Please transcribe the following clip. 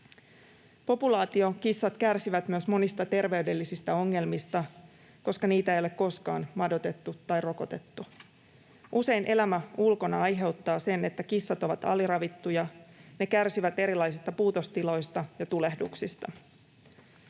Populaatiokissat kärsivät myös monista terveydellisistä ongelmista, koska niitä ei ole koskaan madotettu tai rokotettu. Usein elämä ulkona aiheuttaa sen, että kissat ovat aliravittuja ja ne kärsivät erilaisista puutostiloista ja tulehduksista.